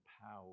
power